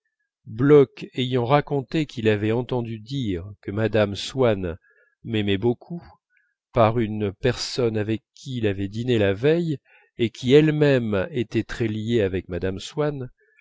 bloch ayant raconté qu'il avait entendu dire que mme swann m'aimait beaucoup par une personne avec qui il avait dîné la veille et qui elle-même était très liée avec mme swann